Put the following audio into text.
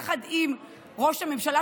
יחד עם ראש הממשלה,